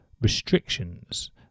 restrictions